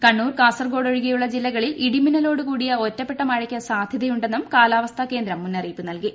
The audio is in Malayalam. കണ്ണൂർ കാസർഗോഡ് ഒഴികെയുള്ള ജില്ലകളിൽ ഇടിമിന്നലോട് കൂടിയ ഒറ്റപ്പെട്ട മഴയ്ക്ക് സാധ്യതയുണ്ടെന്നും കാലാവസ്ഥാ കേന്ദ്രം മുന്നറിയിപ്പ് നൽകി